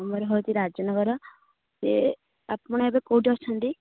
ଆମର ହେଉଛି ରାଜନଗର ଯେ ଆପଣ ଏବେ କେଉଁଠି ଅଛନ୍ତି